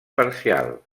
parcial